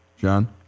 John